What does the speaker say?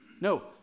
No